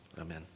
Amen